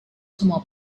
semua